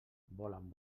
volen